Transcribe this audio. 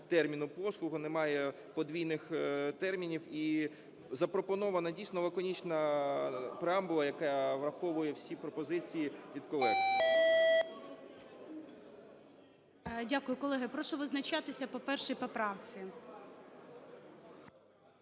терміну "послуга", немає подвійних термінів. І запропонована, дійсно, лаконічна преамбула, яка враховує всі пропозиції від колег. ГОЛОВУЮЧИЙ. Дякую. Колеги, прошу визначатися по першій поправці.